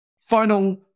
Final